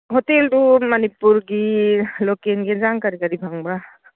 ꯍꯣꯇꯦꯜꯗꯨ ꯃꯅꯤꯄꯨꯔꯒꯤ ꯂꯣꯀꯦꯜꯒꯤ ꯑꯦꯟꯁꯥꯡ ꯀꯔꯤ ꯀꯔꯤ ꯐꯪꯕ꯭ꯔꯥ